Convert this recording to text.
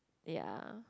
ya